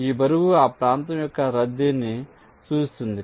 ఈ బరువు ఆ ప్రాంతం యొక్క రద్దీని సూచిస్తుంది